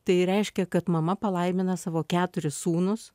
tai reiškia kad mama palaimina savo keturis sūnus